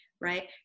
right